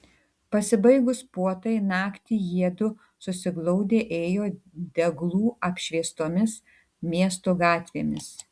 pasibaigus puotai naktį jiedu susiglaudę ėjo deglų apšviestomis miesto gatvėmis